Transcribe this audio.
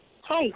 Hi